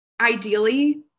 ideally